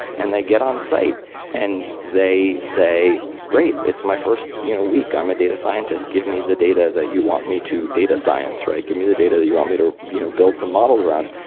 and they get on-site and they say, great. it's my first you know week. i'm a data scientist. give me the data that you want me to data science, right? give me the data that you want me to you know build some models around.